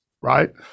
right